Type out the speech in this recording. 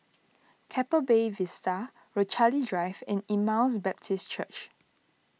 Keppel Bay Vista Rochalie Drive and Emmaus Baptist Church